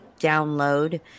download